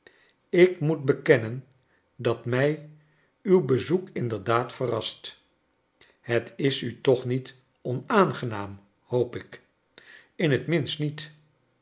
ik moet bekennen dat mij uw bezoek inderdaad verrast het is u toch niet onaangenaam hoop ik in t mmst niet